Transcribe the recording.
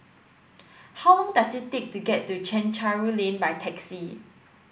how long does it take to get to Chencharu Lane by taxi